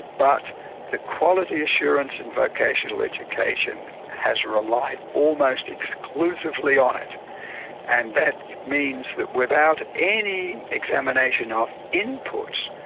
but the quality assurance in vocational education has relied almost exclusively on it and that means that without any examination of input,